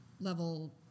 level